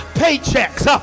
paychecks